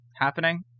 happening